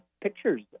pictures